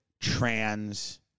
trans